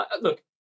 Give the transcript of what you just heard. look